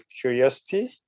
curiosity